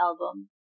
Album